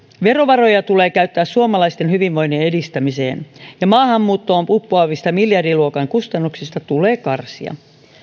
verovaroja tulee käyttää suomalaisten hyvinvoinnin edistämiseen ja maahanmuuttoon uppoavista miljardiluokan kustannuksista tulee karsia